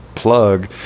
plug